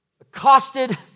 accosted